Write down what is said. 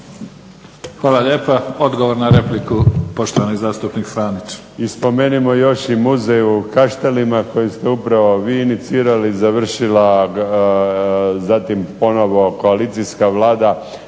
Hvala lijepa. Odgovor na repliku poštovani zastupnik Franić.